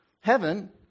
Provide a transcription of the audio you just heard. heaven